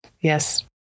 Yes